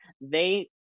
They-